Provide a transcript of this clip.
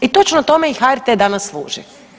I točno tome i HRT danas služi.